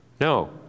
No